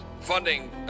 funding